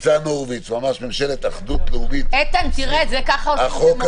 ניצן הורוביץ ממש ממשלת אחדות לאומית מי בעד הצעת החוק,